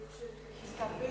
אני חושבת להסתפק